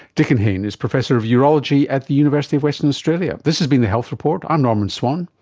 dicken hayne is professor of urology at the university of western australia. this has been the health report, i'm norman swan,